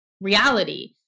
reality